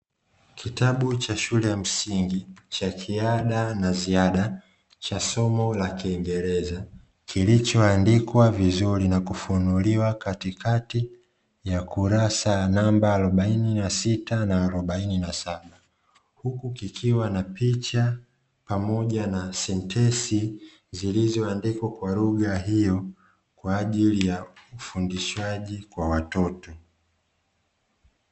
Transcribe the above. Kitabu cha shule ya msingi cha kiada na ziada cha somo la kiingereza kilichoandikwa vizuri na kufunuliwa katikati ya kurasa ya namba arobaini na sita na arobaini na saba, huku kikiwa na picha pamoja na sentensi zilizoandikwa kwa lugha hiyo kwa ajili ya ufundishaji kwa watoto.